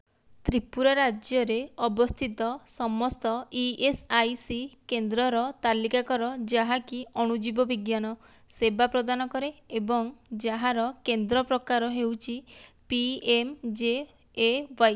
ତ୍ରିପୁରା ରାଜ୍ୟରେ ଅବସ୍ଥିତ ସମସ୍ତ ଇ ଏସ୍ ଆଇ ସି କେନ୍ଦ୍ରର ତାଲିକା କର ଯାହାକି ଅଣୁଜୀବ ବିଜ୍ଞାନ ସେବା ପ୍ରଦାନ କରେ ଏବଂ ଯାହାର କେନ୍ଦ୍ର ପ୍ରକାର ହେଉଛି P M J A Y